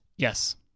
Yes